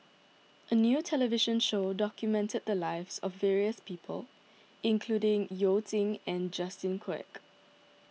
a new television show documented the lives of various people including You Jin and Justin Quek